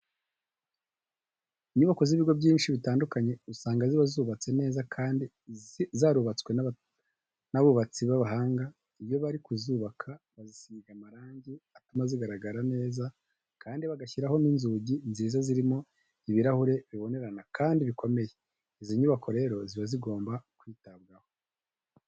Inyubako z'ibigo byinshi bitandukanye usanga ziba zubatse neza kandi zarubatswe n'abubatsi b'abahanga. Iyo bari kuzubaka bazisiga amarangi atuma zigaragara neza kandi bagashyiraho n'inzugi nziza zirimo ibirahure bibonerana kandi bikomeye. Izi nyubako rero ziba zigoma kwitabwaho.